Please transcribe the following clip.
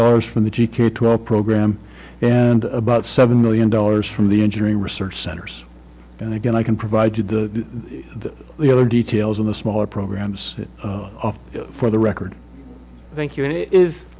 dollars from the g k twelve program and about seven million dollars from the engineering research centers and again i can provided that the other details in the smaller programs of for the record thank you and i